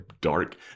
dark